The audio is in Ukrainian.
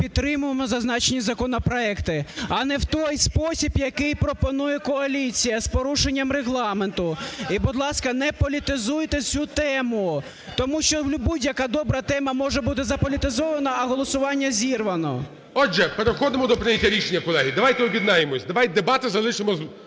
підтримуємо зазначені законопроекти, але не в той спосіб, який пропонує коаліція, з порушенням Регламенту. І, будь ласка, не політизуйте цю тему, тому що будь-яка добра тема може бути заполітизована, а голосування зірвано. ГОЛОВУЮЧИЙ. Отже, переходимо до прийняття рішення. Колеги, давайте об'єднаємося, давайте дебати залишимо збоку.